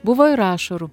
buvo ir ašarų